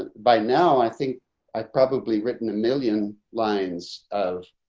by now i think i probably written a million lines of,